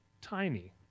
tiny